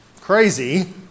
crazy